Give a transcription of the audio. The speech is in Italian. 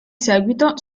seguito